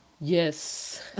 Yes